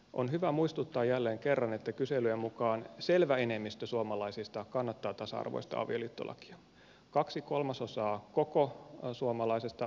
on hyvä muistuttaa jälleen kerran että kyselyjen mukaan selvä enemmistö suomalaisista kannattaa tasa arvoista avioliittolakia kaksi kolmasosaa koko suomalaisesta väestöstä